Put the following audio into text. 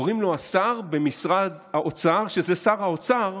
קוראים לו השר במשרד האוצר, שזה שר האוצר,